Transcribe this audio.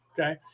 okay